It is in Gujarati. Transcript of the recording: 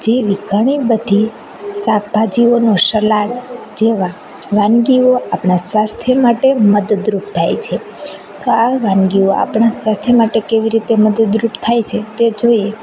જેવી ઘણી બધી શાકભાજીઓનું શલાડ જેવા વાનગીઓ આપણાં સ્વાસ્થ્ય માટે મદદરૂપ થાય છે તો આ વાનગીઓ આપણાં સ્વાસ્થ્ય માટે કેવી રીતે મદદરૂપ થાય છે તે જોઈએ